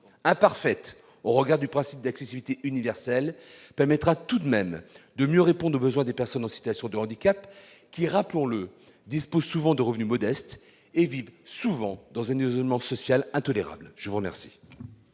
quoiqu'imparfaite au regard du principe d'accessibilité universelle, permettra tout de même de mieux répondre aux besoins des personnes en situation de handicap qui, rappelons-le, disposent souvent de revenus modestes et vivent parfois dans un isolement social intolérable. La parole